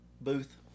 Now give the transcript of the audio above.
Booth